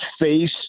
face